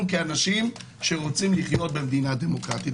כאנשים שרוצים לחיות במדינה דמוקרטית.